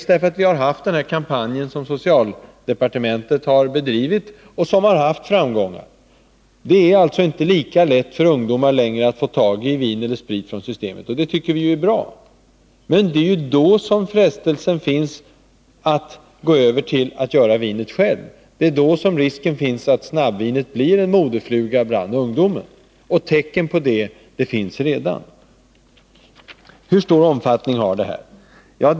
En annan anledning är den kampanj som socialdepartementet har bedrivit och som har haft framgångar. Det är inte längre lika lätt för ungdomar att få tag i vin eller sprit från Systembolaget, och det tycker vi är bra. Men då faller man lätt för frestelsen att gå över till att göra vinet själv. Och det är då som risken finns att snabbvinet blir en modefluga bland ungdomen. Och tecken på detta finns redan. Hur stor omfattning har den här tillverkningen?